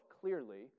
clearly